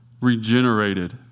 Regenerated